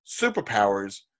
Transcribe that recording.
superpowers